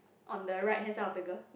on the right hand side of the girl